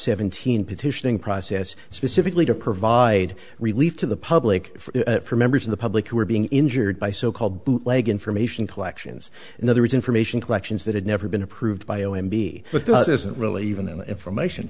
seventeen petitioning process specifically to provide relief to the public for members of the public who are being injured by so called bootleg information collections in other words information collections that had never been approved by o m b but that isn't really even in the information